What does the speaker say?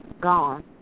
gone